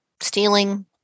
stealing